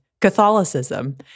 Catholicism